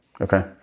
Okay